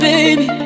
Baby